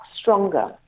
stronger